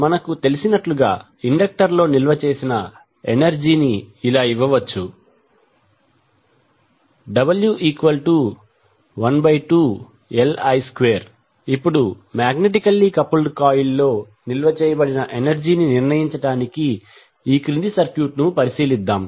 మనకు తెలిసినట్లుగా ఇండక్టర్లో నిల్వ చేసిన ఎనర్జీ ని ఇలా ఇవ్వవచ్చు w12Li2 ఇప్పుడు మాగ్నెటికల్లీ కపుల్డ్ కాయిల్లో నిల్వ చేయబడిన ఎనర్జీ ని నిర్ణయించడానికి ఈ క్రింది సర్క్యూట్ను పరిశీలిద్దాం